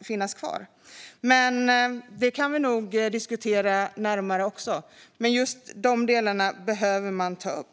finnas kvar. Det kan vi nog diskutera närmare också, men just de här delarna behöver man ta upp.